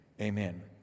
Amen